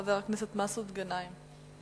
חבר הכנסת מסעוד גנאים.